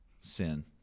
Sin